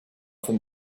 from